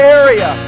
area